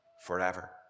forever